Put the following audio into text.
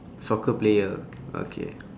soccer player okay